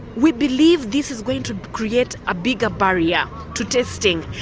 we believe this is going to create a bigger but yeah to testing,